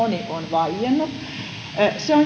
on vaiennut se